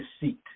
deceit